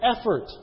effort